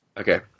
Okay